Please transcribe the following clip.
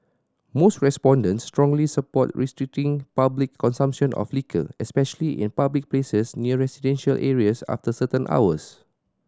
most respondents strongly support restricting public consumption of liquor especially in public places near residential areas after certain hours